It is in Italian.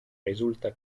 risulta